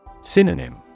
Synonym